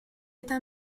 età